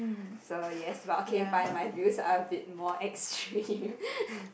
so yes but okay fine my views are a bit more extreme